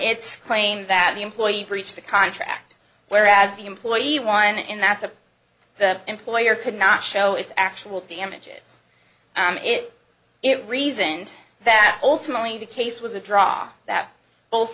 its claim that the employee breached the contract whereas the employee one in that the the employer could not show its actual damages am is it reasoned that ultimately the case was a draw that both